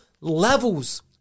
levels